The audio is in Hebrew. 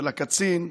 של הקצין,